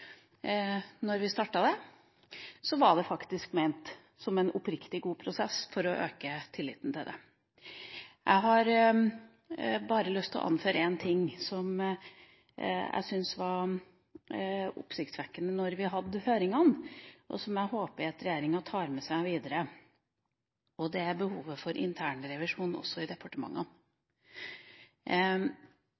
vi startet, var det faktisk ment som en oppriktig god prosess for å øke tilliten til tilskuddsforvaltninga. Jeg har bare lyst til å anføre en ting jeg syns var oppsiktsvekkende da vi hadde høringene, og som jeg håper at regjeringa tar med seg videre, og det er behovet for internrevisjon også i departementene.